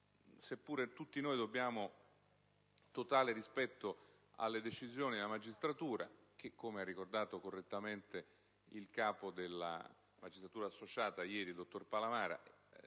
che noi dobbiamo totale rispetto alle decisioni della magistratura, che - come ha ricordato correttamente ieri il capo della magistratura associata, il dottor Palamara